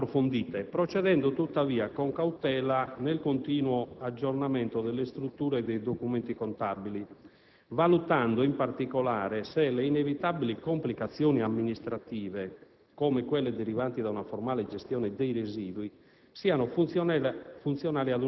In ogni caso, le riflessioni sul punto andranno approfondite procedendo, tuttavia, con cautela nel continuo aggiornamento delle strutture e dei documenti contabili, valutando in particolare se le inevitabili complicazioni amministrative,